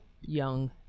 young